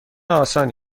آسانی